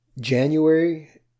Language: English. January